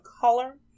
color